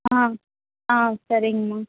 ஆ ஆ சரிங்கம்மா